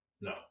No